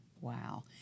Wow